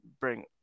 bring